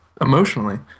emotionally